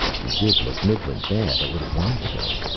you did look middling bad a little while ago,